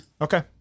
Okay